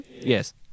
Yes